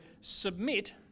submit